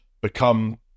become